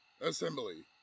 assembly